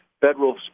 federal